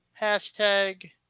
Hashtag